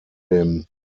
dem